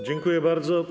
Dziękuję bardzo.